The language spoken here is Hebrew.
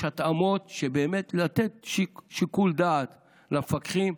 יש התאמות של באמת לתת שיקול דעת למפקחים,